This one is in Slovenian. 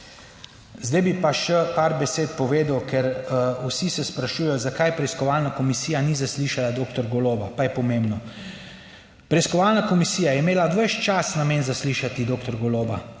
Zdaj bi pa še par besed povedal, ker vsi se sprašujejo, zakaj preiskovalna komisija ni zaslišala doktor Goloba, pa je pomembno. Preiskovalna komisija je imela ves čas namen zaslišati doktor Goloba.